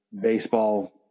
baseball